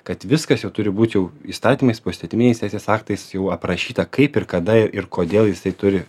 kad viskas jau turi būt jau įstatymais poįstatyminiais teisės aktais jau aprašyta kaip ir kada ir kodėl jisai turi